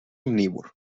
omnívor